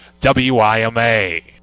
WIMA